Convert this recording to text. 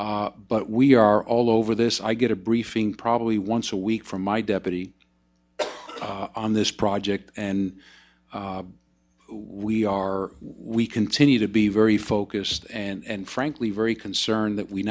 but we are all over this i get a briefing probably once a week from my deputy on this project and we are we continue to be very focused and frankly very concerned that we